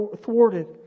thwarted